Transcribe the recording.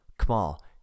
Kamal